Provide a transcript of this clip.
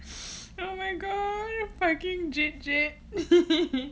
oh my god fucking jade jade